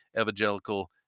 evangelical